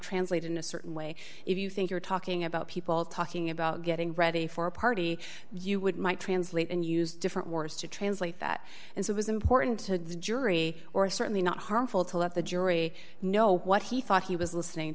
translate in a certain way if you think you're talking about people talking about getting ready for a party you would might translate and use different words to translate that and it was important to the jury or certainly not harmful to let the jury know what he thought he was listening